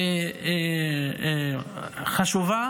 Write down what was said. וחשובה